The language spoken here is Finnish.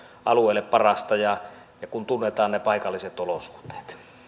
alueelle parasta kun tunnetaan ne paikalliset olosuhteet